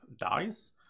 dice